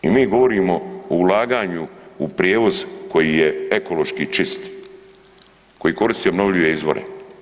I mi govorimo o ulaganju u prijevoz koji je ekološki čist, koji koriste obnovljive izvore.